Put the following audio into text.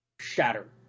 shatter